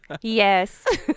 Yes